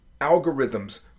algorithms